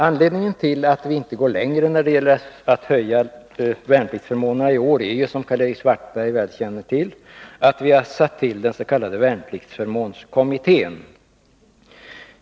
Anledningen till att vi inte går längre när det gäller att höja värnpliktsförmånerna i år är, som Karl-Erik Svartberg väl känner till, att vi har tillsatt den s.k. värnpliktsförmånskommittén.